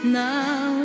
now